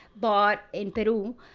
but in peru,